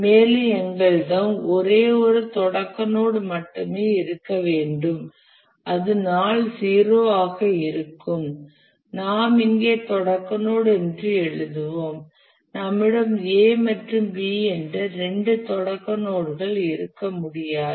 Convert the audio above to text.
மேலும் எங்களிடம் ஒரே ஒரு தொடக்க நோட் மட்டுமே இருக்க வேண்டும் அது நாள் 0 ஆக இருக்கும் நாம் இங்கே தொடக்க நோட் என்று எழுதுவோம் நம்மிடம் A மற்றும் B என்ற இரண்டு தொடக்க நோட் கள் இருக்க முடியாது